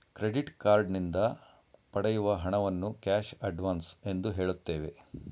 credit card ನಿಂದ ಪಡೆಯುವ ಹಣವನ್ನು ಕ್ಯಾಶ್ ಅಡ್ವನ್ಸ್ ಎಂದು ಹೇಳುತ್ತೇವೆ